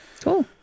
Cool